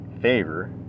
favor